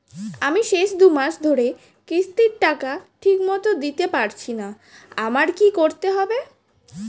আমি শেষ দুমাস ধরে কিস্তির টাকা ঠিকমতো দিতে পারছিনা আমার কি করতে হবে?